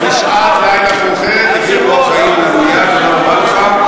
תודה רבה לחבר הכנסת טופורובסקי.